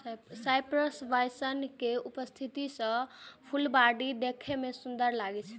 cypress vine के उपस्थिति सं फुलबाड़ी देखै मे सुंदर लागै छै